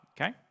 Okay